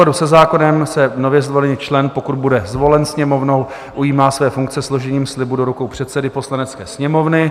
V souladu se zákonem se nově zvolený člen, pokud bude zvolen Sněmovnou, ujímá své funkce složením slibu do rukou předsedy Poslanecké sněmovny.